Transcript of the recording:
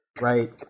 right